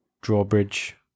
drawbridge